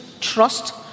trust